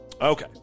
okay